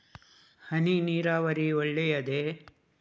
ಹನಿ ನೀರಾವರಿ ಒಳ್ಳೆಯದೇ?